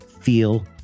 feel